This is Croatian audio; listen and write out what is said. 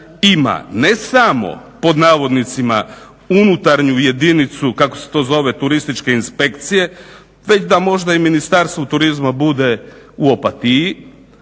ima ne samo "unutarnju jedinicu" kako se to zove turističke inspekcije već da možda i Ministarstvo turizma bude u Opatiji